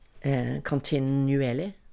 continually